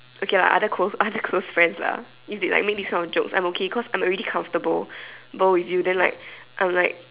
okay lah other close other close friends lah if they make this kind of jokes I'm okay cause I'm already comfortable but with you then like I'm like